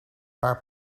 paar